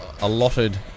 allotted